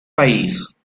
país